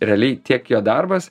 realiai tiek jo darbas